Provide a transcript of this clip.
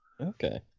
Okay